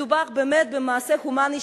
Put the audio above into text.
מדובר באמת במעשה הומני,